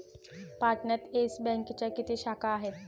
पाटण्यात येस बँकेच्या किती शाखा आहेत?